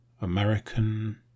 American